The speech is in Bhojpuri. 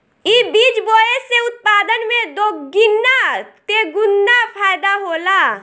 इ बीज बोए से उत्पादन में दोगीना तेगुना फायदा होला